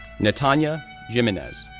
netanya jimenez,